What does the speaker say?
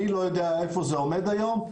אני לא יודע איפה זה עומד היום,